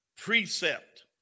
Precept